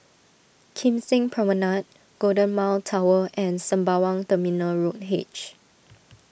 Kim Seng Promenade Golden Mile Tower and Sembawang Terminal Road H